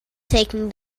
taking